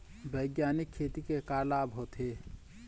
बैग्यानिक खेती के का लाभ होथे?